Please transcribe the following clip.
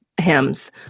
hymns